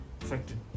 affected